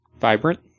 vibrant